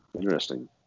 Interesting